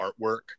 artwork